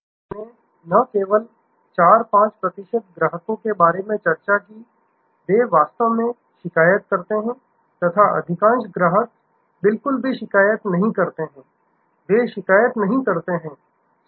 हमने कि केवल 4 5 प्रतिशत ग्राहकों के बारे में चर्चा की वे वास्तव में शिकायत करते हैं तथा अधिकांश ग्राहक बिल्कुल भी शिकायत नहीं करते हैं वे शिकायत नहीं करते हैं